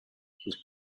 his